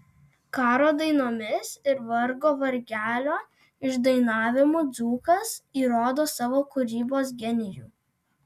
karo dainomis ir vargo vargelio išdainavimu dzūkas įrodo savo kūrybos genijų